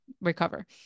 recover